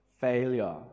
Failure